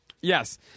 Yes